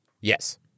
Yes